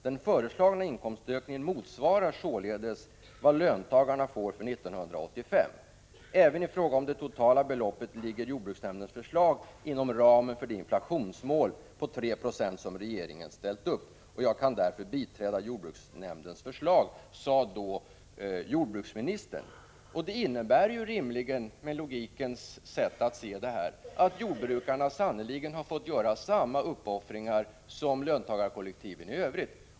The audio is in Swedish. Den föreslagna inkomstökningen motsvarar således vad löntagarna får för år 1985. Även i fråga om det totala beloppet ligger jordbruksnämndens förslag inom ramen för det inflationsmål på 3 26 som regeringen ställt upp. Jag kan därför biträda jordbruksnämndens förslag.” Detta sade jordbruksministern. Det innebär ju rimligen logiskt sett att jordbrukarna sannerligen fått göra samma uppoffringar som löntagarkollektiven i övrigt.